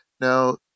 Now